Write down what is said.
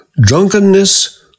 drunkenness